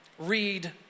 Read